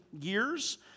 years